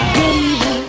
baby